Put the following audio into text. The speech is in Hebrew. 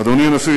אדוני הנשיא,